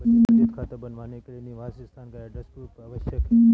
बचत खाता बनवाने के लिए निवास स्थान का एड्रेस प्रूफ आवश्यक है